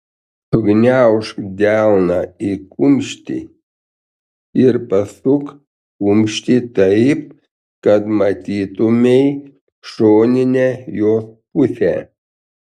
sugniaužk delną į kumštį ir pasuk kumštį taip kad matytumei šoninę jo pusę